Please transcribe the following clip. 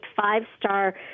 five-star